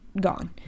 gone